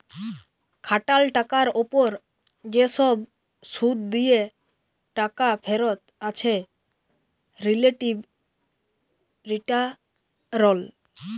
খাটাল টাকার উপর যে সব শুধ দিয়ে টাকা ফেরত আছে রিলেটিভ রিটারল